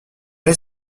est